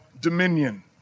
dominion